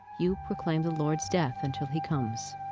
you proclaim the lord's death until he comes